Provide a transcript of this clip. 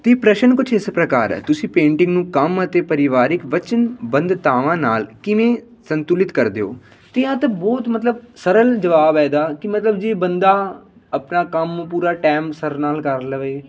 ਤਾਂ ਪ੍ਰਸ਼ਨ ਕੁਛ ਇਸ ਪ੍ਰਕਾਰ ਹੈ ਤੁਸੀਂ ਪੇਂਟਿੰਗ ਨੂੰ ਕੰਮ ਅਤੇ ਪਰਿਵਾਰਿਕ ਵਚਨਬੰਧਤਾਵਾਂ ਨਾਲ ਕਿਵੇਂ ਸੰਤੁਲਿਤ ਕਰਦੇ ਹੋ ਅਤੇ ਜਾਂ ਤਾਂ ਬਹੁਤ ਮਤਲਬ ਸਰਲ ਜਵਾਬ ਹੈ ਇਹਦਾ ਕਿ ਮਤਲਬ ਜੇ ਬੰਦਾ ਆਪਣਾ ਕੰਮ ਪੂਰਾ ਟਾਈਮ ਸਿਰ ਨਾਲ ਕਰ ਲਵੇ